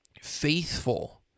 faithful